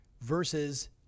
Versus